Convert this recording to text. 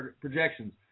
projections